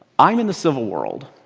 i'm in the civil world.